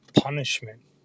punishment